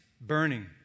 burning